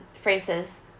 phrases